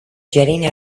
jetting